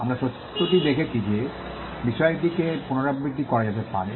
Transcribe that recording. আমরা সত্যটি দেখেছি যে বিষয়টিকে পুনরাবৃত্তি করা যেতে পারে